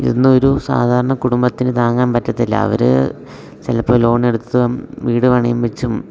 ഇന്നൊരു സാധാരണ കുടുംബത്തിന് താങ്ങാൻ പറ്റത്തില്ല അവർ ചിലപ്പോൾ ലോണെടുത്തും വീട് പണയം വെച്ചും